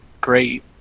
great